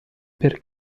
per